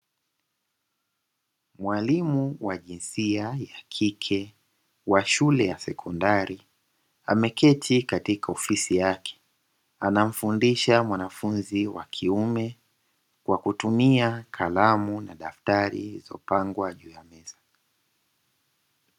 Mwalimu wa jinsia ya kike wa shule ya sekondari ameketi katika ofisi yake, anamfundisha mwanafunzi wa kiume, kwa kutumia kalamu na daftari zilizopangwa juu ya meza.